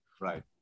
right